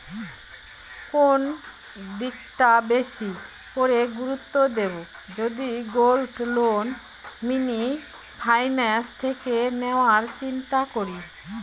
কোন দিকটা বেশি করে গুরুত্ব দেব যদি গোল্ড লোন মিনি ফাইন্যান্স থেকে নেওয়ার চিন্তা করি?